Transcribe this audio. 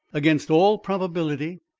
against all probability,